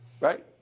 right